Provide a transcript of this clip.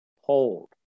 hold